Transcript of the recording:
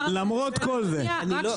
למרות כל זה?